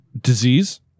disease